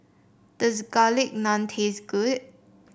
does Garlic Naan taste good